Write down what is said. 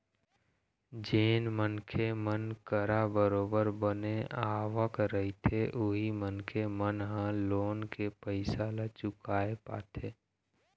जेन मनखे मन करा बरोबर बने आवक रहिथे उही मनखे मन ह लोन के पइसा ल चुकाय पाथे